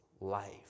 life